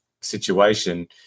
situation